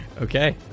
okay